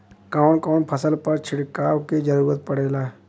कवन कवन फसल पर छिड़काव के जरूरत पड़ेला?